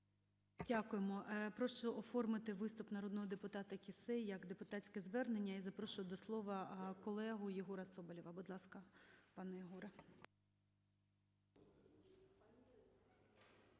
Дякуємо. Прошу оформити виступ народного депутата Кіссе як депутатське звернення. І запрошую до слова колегу Єгора Соболєва, будь ласка, пане Єгоре.